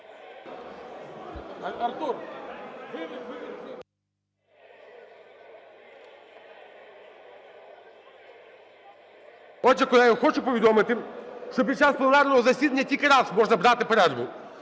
Отже, колеги, хочу повідомити, що під час пленарного засідання тільки раз можна брати перерву.